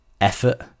effort